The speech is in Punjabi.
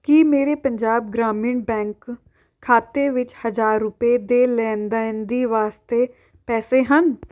ਕੀ ਮੇਰੇ ਪੰਜਾਬ ਗ੍ਰਾਮੀਣ ਬੈਂਕ ਖਾਤੇ ਵਿੱਚ ਹਜ਼ਾਰ ਰੁਪਏ ਦੇ ਲੈਣ ਦੇਣ ਦੀ ਵਾਸਤੇ ਪੈਸੇ ਹਨ